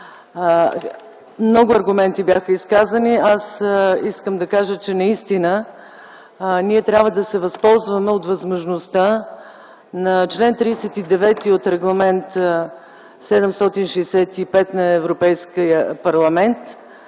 Много аргументи бяха изказани. Искам да кажа, че наистина трябва да се възползваме от възможността на чл. 39 от Регламент № 765 на Европейския парламент,